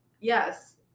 Yes